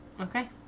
okay